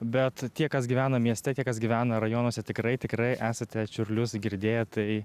bet tie kas gyvena mieste tie kas gyvena rajonuose tikrai tikrai esate čiurlius girdėję tai